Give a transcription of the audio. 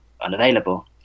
unavailable